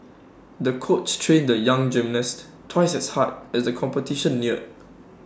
the coach trained the young gymnast twice as hard as the competition neared